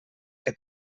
que